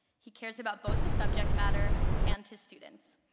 he cares about both the subject matter, and his students.